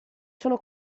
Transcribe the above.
sono